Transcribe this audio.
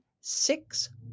six